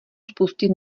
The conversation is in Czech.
spustit